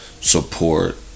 Support